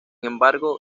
embargo